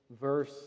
verse